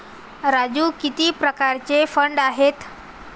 राजू किती प्रकारचे फंड आहेत?